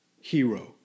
hero